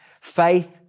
Faith